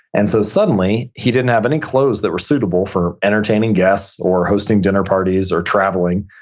and so suddenly he didn't have any clothes that were suitable for entertaining guests or hosting dinner parties or traveling.